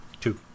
Two